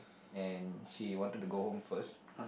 and she wanted to go home first